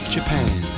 Japan